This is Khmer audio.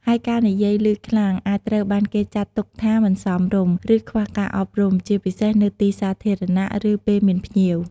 ហើយការនិយាយឮខ្លាំង អាចត្រូវបានគេចាត់ទុកថាមិនសមរម្យ ឬខ្វះការអប់រំ ជាពិសេសនៅទីសាធារណៈ ឬពេលមានភ្ញៀវ។